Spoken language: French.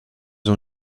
ont